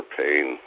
pain